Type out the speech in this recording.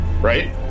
right